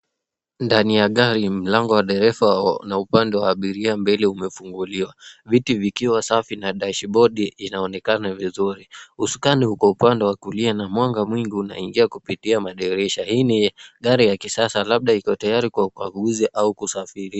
Ndani ya gari, mlango wa dereva na upande wa abiria mbele umefunguliwa, viti vikiwa safi na dashibodi inaonekana vizuri. Usukani uko upande wa kulia na mwanga mwingi unaingia kupitia madirisha. Hii ni gari ya kisasa, labda iko tayari kwa kuuza au kusafiria.